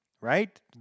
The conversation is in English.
right